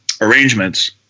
arrangements